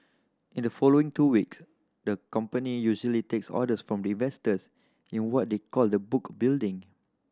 in the following two week the company usually takes orders from investors in what is called the book building